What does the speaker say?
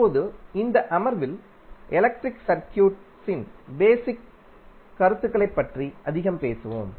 இப்போது இந்த அமர்வில் எலக்ட்ரிக் சர்க்யூட்ஸின் பேசிக் கருத்துகளைப் பற்றி அதிகம் பேசுவோம்